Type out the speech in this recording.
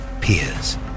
peers